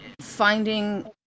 Finding